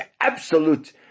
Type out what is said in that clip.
absolute